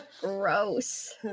gross